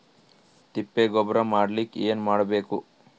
ತಿಪ್ಪೆ ಗೊಬ್ಬರ ಮಾಡಲಿಕ ಏನ್ ಮಾಡಬೇಕು?